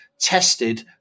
tested